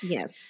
Yes